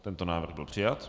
Tento návrh byl přijat.